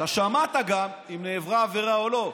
אתה שמעת גם אם נעברה עבירה או לא.